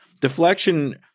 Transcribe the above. Deflection